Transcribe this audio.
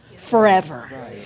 Forever